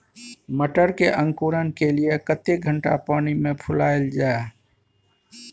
मटर के अंकुरण के लिए कतेक घंटा पानी मे फुलाईल जाय?